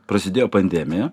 prasidėjo pandemija